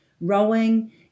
rowing